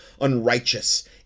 unrighteous